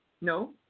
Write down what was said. No